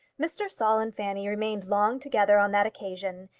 mr. saul and fanny remained long together on that occasion,